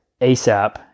ASAP